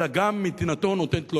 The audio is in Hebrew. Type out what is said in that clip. אלא גם מדינתו נותנת לו.